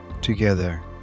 Together